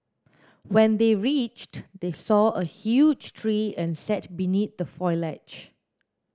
when they reached they saw a huge tree and sat beneath the foliage